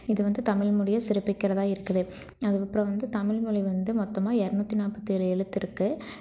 இது வந்து தமிழ் மொழிய சிறப்பிக்கறதாக இருக்குது அதுக்கப்புறோம் வந்து தமிழ் மொழி வந்து மொத்தமாக இரநூத்தி நாப்பத்தேழு எழுத்து இருக்குது